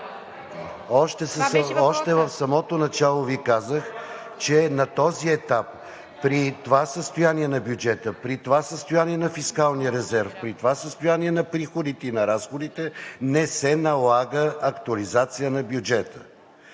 Още в самото начало Ви казах, че на този етап при това състояние на бюджета, при това състояние на фискалния резерв, при това състояние на приходите и на разходите не се налага актуализация на бюджета.